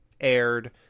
aired